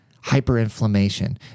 hyperinflammation